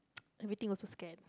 everything also scared